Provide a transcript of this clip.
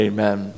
Amen